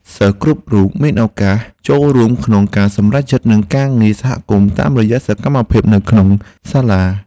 សិស្សគ្រប់រូបមានឱកាសចូលរួមក្នុងការសម្រេចចិត្តនិងការងារសហគមន៍តាមរយៈសកម្មភាពនៅក្នុងសាលា។